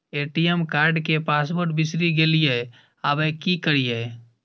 ATM card के password बिसरि गेलियै आबय की करियै?